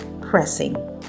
pressing